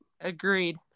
Agreed